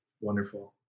Wonderful